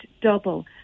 double